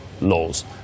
laws